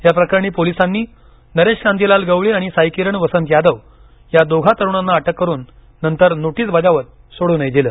याप्रकरणी पोलिसांनी नरेश कांतीलाल गवळी आणि साईकिरण वसंत यादव या दोघा तरुणांना अटक करून नंतर नोटीस बजावत सोडूनही दिलं